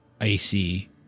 icy